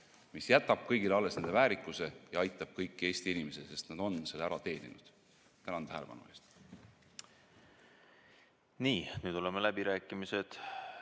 See jätab kõigile alles nende väärikuse ja aitab kõiki Eesti inimesi, sest nad on selle ära teeninud. Tänan tähelepanu eest! Nii, nüüd oleme läbirääkimised